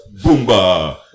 Boomba